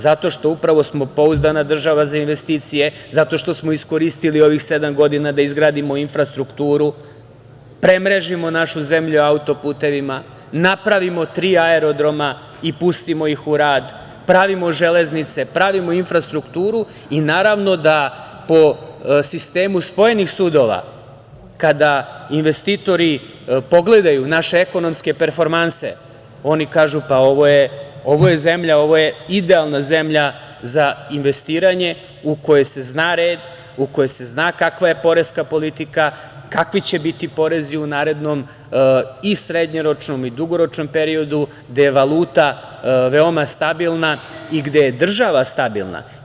Zato što smo upravo pouzdana država za investicije, zato što smo iskoristili ovih sedam godina da izgradimo infrastrukturu, premrežimo našu zemlju autoputevima, napravimo tri aerodroma i pustimo ih u rad, pravimo železnice, pravimo infrastrukturu i naravno da po sistemu spojenih sudova kada investitori pogledaju naše ekonomske performanse oni kažu – ovo je zemlja idealna za investiranje u kojoj se zna red, u kojoj se zna kakva je poreska politika, kakvi će biti porezi u narednom i srednjoročnom i dugoročnom periodu gde je valuta veoma stabilna i gde je država stabilna.